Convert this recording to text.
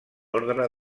ordre